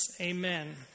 Amen